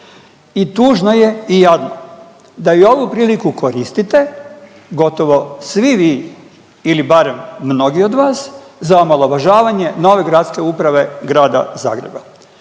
I tužno je i jadno da i ovu priliku koristite gotovo svi vi ili barem mnogi od vas za omalovažavanje nove gradske uprave grada Zagreba.